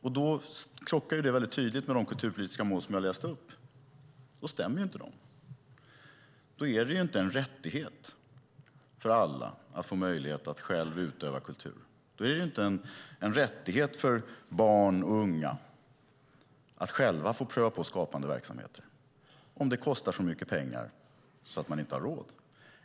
Då krockar det tydligt med de kulturpolitiska mål som jag läste upp. Då stämmer inte de. Då ger vi inte en rättighet för alla att ha möjlighet att själva utöva kultur. Då är det inte en rättighet för barn och unga att själva få pröva på skapande verksamheter, om det kostar så mycket pengar att man inte har råd